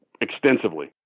Extensively